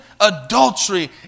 adultery